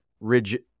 rigid